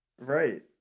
Right